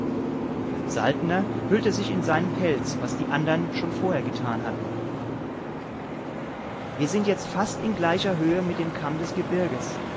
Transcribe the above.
saltner hüllte sich in seinen pelz was die andern schon vorher getan hatten wir sind jetzt fast in gleicher höhe mit dem kamm des gebirges